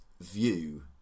view